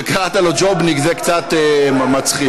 שקראת לו ג'ובניק, זה קצת מצחיק.